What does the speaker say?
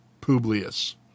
Publius